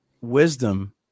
wisdom